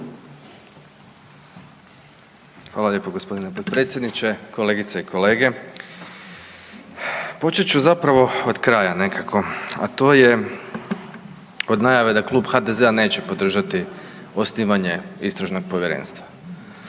Hvala lijepo gospodine potpredsjedniče, kolegice i kolege. Počet ću zapravo od kraja nekako, a to je od najave da Klub HDZ-a neće podržati osnivanje Istražnog povjerenstva.